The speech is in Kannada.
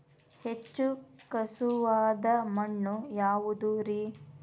ಹೆಚ್ಚು ಖಸುವಾದ ಮಣ್ಣು ಯಾವುದು ರಿ?